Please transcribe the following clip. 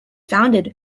founded